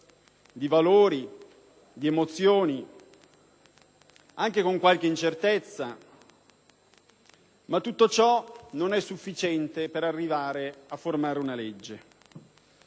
valori, emozioni e anche con qualche incertezza, ma tutto ciò non è sufficiente per arrivare a predisporre una legge.